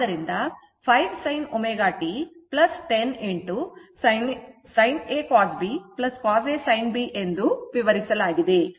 ಆದ್ದರಿಂದ 5 sin ω t 10 sin a cos b cos a sin b ಎಂದು ವಿವರಿಸಲಾಗಿದೆ